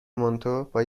مانتو، با